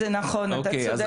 נכון, אתה צודק.